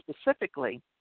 specifically